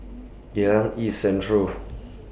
Geylang East Central